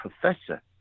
professor